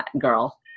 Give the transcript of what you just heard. girl